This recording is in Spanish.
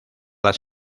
las